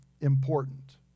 important